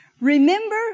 Remember